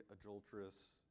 adulterous